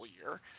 year